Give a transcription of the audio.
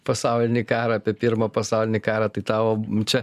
pasaulinį karą apie pirmą pasaulinį karą tai tavo čia